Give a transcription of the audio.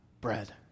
bread